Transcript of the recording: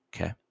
Okay